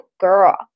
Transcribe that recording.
girl